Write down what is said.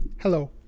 Hello